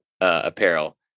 apparel